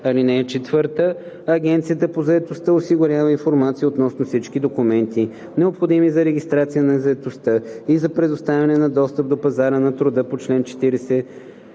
квалификации. (4) Агенцията по заетостта осигурява информация относно всички документи, необходими за регистрация на заетостта и за предоставяне на достъп до пазара на труда по чл. 40 и